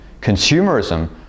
Consumerism